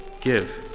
Give